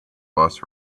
bus